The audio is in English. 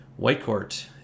Whitecourt